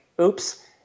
oops